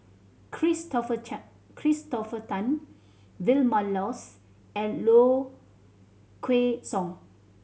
Christopher Christopher Tan Vilma Laus and Low Kway Song